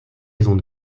maisons